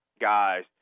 guys